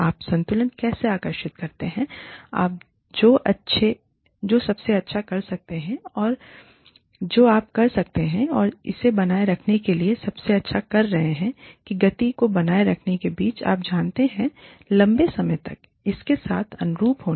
आप संतुलन कैसे आकर्षित करते हैं आप जो सबसे अच्छा कर सकते हैं और जो आप कर सकते हैं और इसे बनाए रखने के लिए सबसे अच्छा कर रहे हैं की गति को बनाए रखने के बीच आप जानते हैं लंबे समय तक इसके साथ अनुरूप होना